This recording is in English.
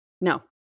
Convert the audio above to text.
No